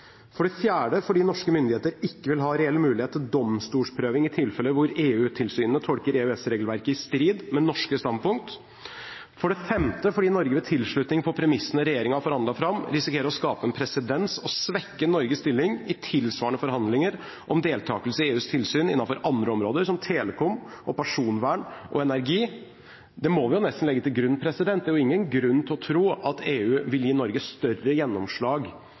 for det fjerde fordi norske myndigheter ikke vil ha reell mulighet til domstolsprøving i tilfeller hvor EU-tilsynene tolker EØS-regelverket i strid med norske standpunkt, for det femte fordi Norge ved tilslutning på premissene regjeringen har forhandlet fram, risikerer å skape en presedens og svekke Norges stilling i tilsvarende forhandlinger om deltakelse i EUs tilsyn innenfor andre områder, som telekom, personvern og energi – det må vi nesten legge til grunn, det er jo ingen grunn til å tro at EU vil gi Norge større gjennomslag